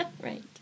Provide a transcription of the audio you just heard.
Right